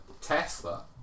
Tesla